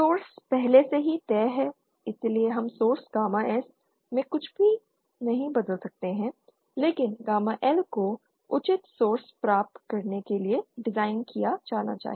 source पहले से ही तय है इसलिए हम सोर्स गामा S में कुछ भी नहीं बदल सकते हैं लेकिन गामा L को उपयुक्त सोर्स प्राप्त करने के लिए डिज़ाइन किया जाना चाहिए